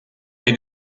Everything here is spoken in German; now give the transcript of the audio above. der